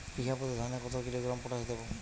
বিঘাপ্রতি ধানে কত কিলোগ্রাম পটাশ দেবো?